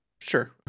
Sure